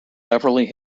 beverly